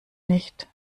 nicht